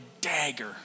dagger